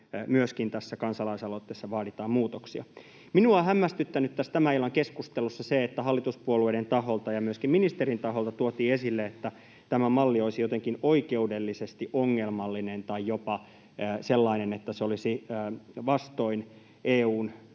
asiaan tässä kansalaisaloitteessa vaaditaan muutoksia. Minua on hämmästyttänyt tässä tämän illan keskustelussa se, että hallituspuolueiden taholta ja myöskin ministerin taholta tuotiin esille, että tämä malli olisi jotenkin oikeudellisesti ongelmallinen tai jopa sellainen, että se olisi vastoin EU:n